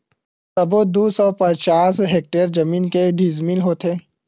सबो दू सौ पचास हेक्टेयर जमीन के डिसमिल होथे?